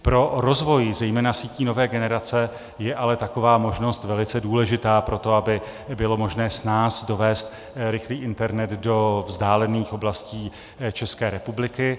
Pro rozvoj zejména sítí nové generace je ale taková možnost velice důležitá pro to, aby bylo možné snáz dovést rychlý internet do vzdálených oblastí České republiky.